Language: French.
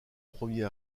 premier